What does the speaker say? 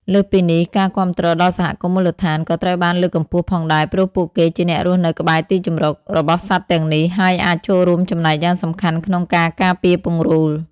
លើសពីនេះ ការគាំទ្រដល់សហគមន៍មូលដ្ឋាន ក៏ត្រូវបានលើកកម្ពស់ផងដែរ ព្រោះពួកគេជាអ្នករស់នៅក្បែរទីជម្រករបស់សត្វទាំងនេះ ហើយអាចចូលរួមចំណែកយ៉ាងសំខាន់ក្នុងការការពារពង្រូល។